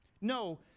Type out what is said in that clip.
No